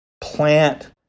plant